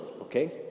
okay